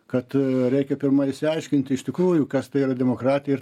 kad reikia pirma išsiaiškinti iš tikrųjų kas tai yra demokratija ir